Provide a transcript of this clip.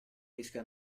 rischio